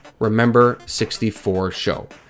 remember64show